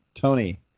Tony